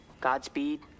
Godspeed